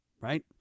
right